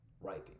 writing